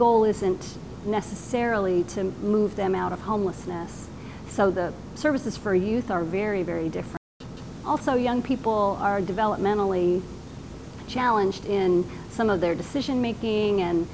goal isn't necessarily to move them out of homelessness so the services for youth are very very different also young people are developmentally challenged in some of their decision making